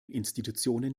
institutionen